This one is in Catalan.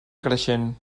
creixent